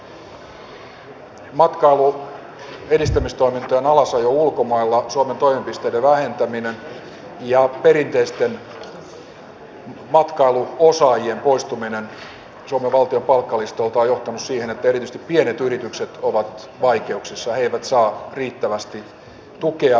matkailun edistämistoimintojen alasajo ulkomailla suomen toimipisteiden vähentäminen ja perinteisten matkailuosaajien poistuminen suomen valtion palkkalistoilta on johtanut siihen että erityisesti pienet yritykset ovat vaikeuksissa he eivät saa riittävästi tukea matkailuponnistuksilleen